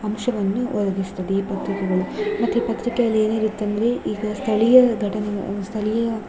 ಅಂಶವನ್ನು ಒದಗಿಸ್ತದೆ ಈ ಪತ್ರಿಕೆಗಳು ಮತ್ತು ಪತ್ರಿಕೆಯಲ್ಲಿ ಏನಿರುತ್ತಂದರೆ ಈಗ ಸ್ಥಳೀಯ ಘಟನೆಗಳು ಸ್ಥಳೀಯ